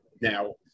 now